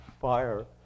fire